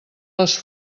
les